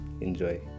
Enjoy